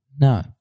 No